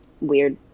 weird